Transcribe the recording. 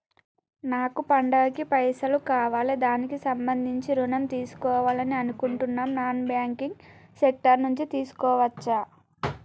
నాకు పండగ కి పైసలు కావాలి దానికి సంబంధించి ఋణం తీసుకోవాలని అనుకుంటున్నం నాన్ బ్యాంకింగ్ సెక్టార్ నుంచి తీసుకోవచ్చా?